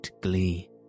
glee